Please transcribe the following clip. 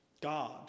God